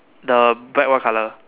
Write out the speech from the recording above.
the bag what colour